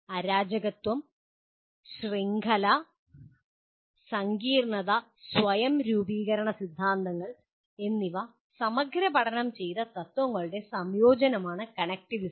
അരാജകത്വം ശൃംഖല സങ്കീർണ്ണത സ്വയം രൂപീകരണ സിദ്ധാന്തങ്ങൾ എന്നിവ സമഗ്രപഠനം ചെയ്ത തത്ത്വങ്ങളുടെ സംയോജനമാണ് കണക്റ്റിവിസം